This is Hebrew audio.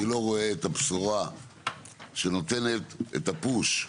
אני לא רואה את הבשורה שנותנת את ה"פוש"